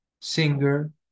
singer